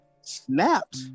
snapped